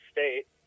State